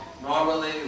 Normally